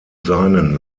seinen